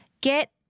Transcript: Get